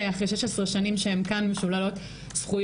אחרי 16 שנים שהן כאן משוללות זכויות,